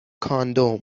کاندوم